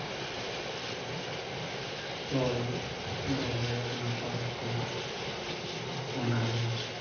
ᱛᱚᱞ ᱫᱚᱦᱚᱭᱟ ᱱᱟᱯᱟᱭ ᱛᱮ ᱚᱱᱟ ᱜᱮ